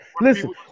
Listen